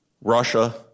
Russia